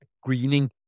greening